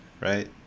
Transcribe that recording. right